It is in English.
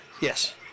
Yes